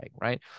Right